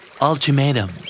ultimatum